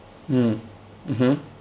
mm mmhmm